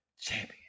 champion